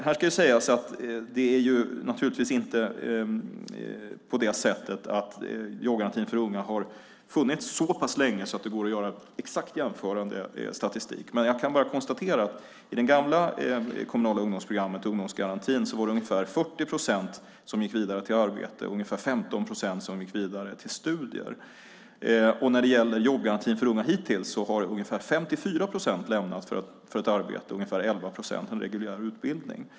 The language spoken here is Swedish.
Här ska sägas att det inte är så att jobbgarantin för unga har funnits så pass länge att det går att göra exakt jämförande statistik, men jag kan konstatera att i det gamla kommunala ungdomsprogrammet, ungdomsgarantin, gick ungefär 40 procent vidare till arbete och ungefär 15 procent gick vidare till studier. När det gäller jobbgarantin för unga hittills har ungefär 54 procent lämnat garantin för ett arbete och ungefär 11 procent för en reguljär utbildning.